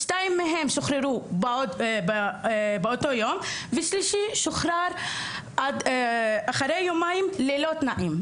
שניים מהם שוחררו באותו יום והשלישי שוחרר אחרי יומיים ללא תנאים.